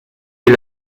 est